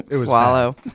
Swallow